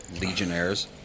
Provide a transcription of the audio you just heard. Legionnaires